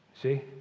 See